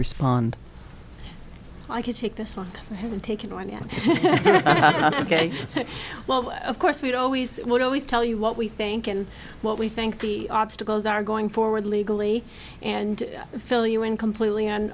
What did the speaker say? respond i could take this on having taken on an ok ok well of course we'd always it would always tell you what we think and what we think the obstacles are going forward legally and fill you in completely on